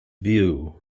view